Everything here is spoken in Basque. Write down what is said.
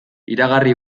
iragarri